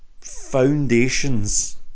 foundations